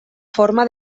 forma